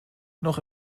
noch